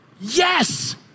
yes